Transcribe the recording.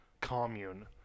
commune